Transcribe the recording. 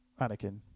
Anakin